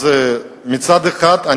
אז מצד אחד,